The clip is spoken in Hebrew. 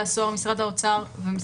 איך זה גובר ומה נעשה.